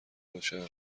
باشم